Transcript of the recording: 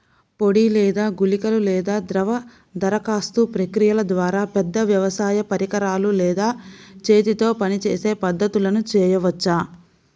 పొడి లేదా గుళికల లేదా ద్రవ దరఖాస్తు ప్రక్రియల ద్వారా, పెద్ద వ్యవసాయ పరికరాలు లేదా చేతితో పనిచేసే పద్ధతులను చేయవచ్చా?